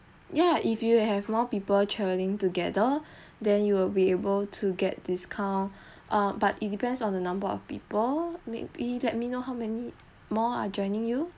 yeah if you have more people travelling together then you will be able to get discount uh but it depends on the number of people maybe let me know how many more are joining you